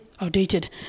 outdated